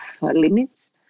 limits